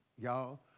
y'all